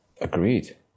Agreed